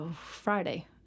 friday